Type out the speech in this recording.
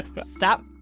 Stop